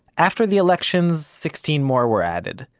after the elections sixteen more were added.